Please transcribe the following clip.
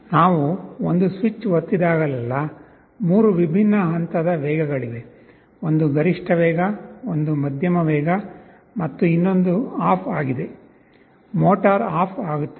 ನಾವು ಒಂದು ಸ್ವಿಚ್ ಒತ್ತಿದಾಗಲೆಲ್ಲಾ 3 ವಿಭಿನ್ನ ಹಂತದ ವೇಗಗಳಿವೆ ಒಂದು ಗರಿಷ್ಠ ವೇಗ ಒಂದು ಮಧ್ಯಮ ವೇಗ ಮತ್ತು ಇನ್ನೊಂದು ಆಫ್ ಆಗಿದೆ ಮೋಟಾರ್ ಆಫ್ ಆಗುತ್ತದೆ